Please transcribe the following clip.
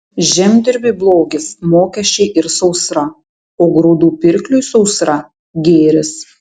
žemdirbiui blogis mokesčiai ir sausra o grūdų pirkliui sausra gėris